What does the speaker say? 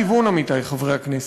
וכשזה הכיוון, עמיתי חברי הכנסת,